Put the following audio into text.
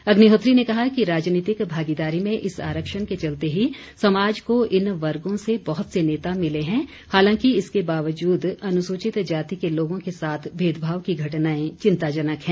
अग्निहोत्री ने कहा कि राजनीतिक भागीदारी में इस आरक्षण के चलते ही समाज को इन वर्गों से बहुत से नेता मिले हैं हालांकि इसके बावजूद अनुसूचित जाति के लोगों के साथ भेदभाव की घटनाएं चिंता जनक हैं